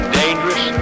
dangerous